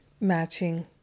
matching